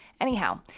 anyhow